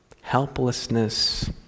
helplessness